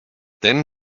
then